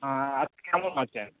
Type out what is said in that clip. হ্যা আপনি কেমন আছেন